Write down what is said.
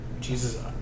Jesus